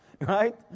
right